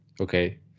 Okay